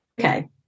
okay